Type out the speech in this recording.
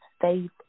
faith